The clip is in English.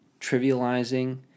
trivializing